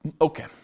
Okay